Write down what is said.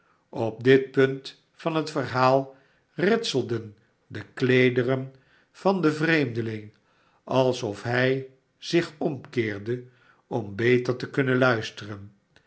op dit punt van het verhaal ritselden de kleederen van den vreemdeling alsof hij zich omkeerde om beter te kunnen luisteren